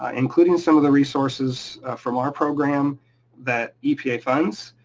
ah including some of the resources from our program that epa funds.